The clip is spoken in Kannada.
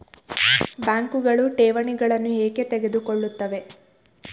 ಬ್ಯಾಂಕುಗಳು ಠೇವಣಿಗಳನ್ನು ಏಕೆ ತೆಗೆದುಕೊಳ್ಳುತ್ತವೆ?